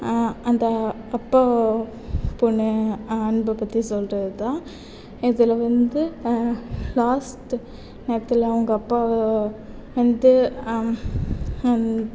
அந்த அப்பா பொண்ணு அன்பை பற்றி சொல்வது தான் இதில் வந்து லாஸ்ட் நேரத்தில் அவங்க அப்பா வந்து